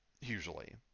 Usually